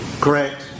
correct